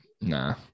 Nah